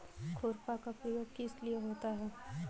खुरपा का प्रयोग किस लिए होता है?